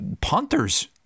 Punters